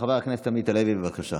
חבר הכנסת עמית הלוי, בבקשה.